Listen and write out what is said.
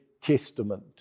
Testament